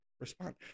respond